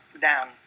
down